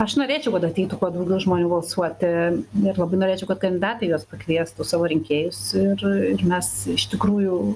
aš norėčiau kad ateitų kuo daugiau žmonių balsuoti bet labai norėčiau kad kandidatai juos pakviestų savo rinkėjus ir ir mes iš tikrųjų